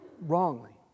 wrongly